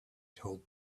told